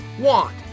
want